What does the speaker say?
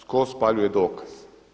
Tko spaljuje dokaz.